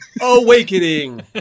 Awakening